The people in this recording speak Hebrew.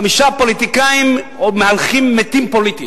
חמישה פוליטיקאים מהלכים מתים פוליטית.